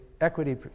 equity